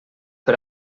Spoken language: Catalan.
per